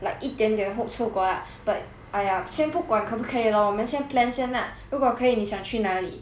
like 一点点 hope 出国 lah but !aiya! 先不管可不可以 lor 我们先 plan 先 ah 如果可以你想去哪里